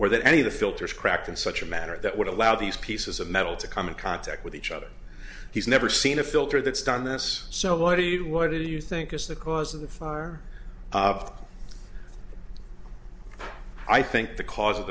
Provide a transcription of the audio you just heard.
or that any of the filters cracked in such a manner that would allow these pieces of metal to come in contact with each other he's never seen a filter that's done this so what do you what did you think is the cause of the far i think the cause of